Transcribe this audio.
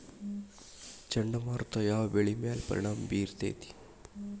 ಚಂಡಮಾರುತ ಯಾವ್ ಬೆಳಿ ಮ್ಯಾಲ್ ಪರಿಣಾಮ ಬಿರತೇತಿ?